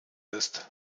ist